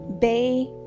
bay